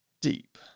deep